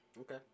Okay